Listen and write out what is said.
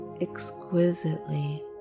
exquisitely